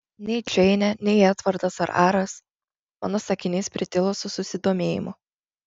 nei džeinė nei edvardas ar aras mano sakinys pritilo su susidomėjimu